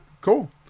cool